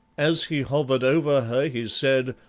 as he hovered over her he said,